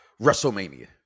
WrestleMania